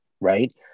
right